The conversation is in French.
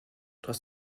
trois